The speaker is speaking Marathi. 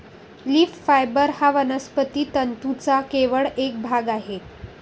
लीफ फायबर हा वनस्पती तंतूंचा केवळ एक भाग आहे